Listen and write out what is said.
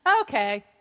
Okay